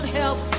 help